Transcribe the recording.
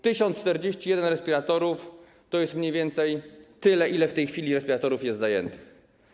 1041 respiratorów to jest mniej więcej tyle, ile w tej chwili respiratorów jest zajętych.